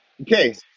okay